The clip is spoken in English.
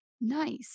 Nice